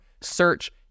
search